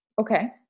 Okay